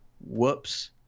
whoops